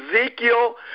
Ezekiel